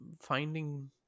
finding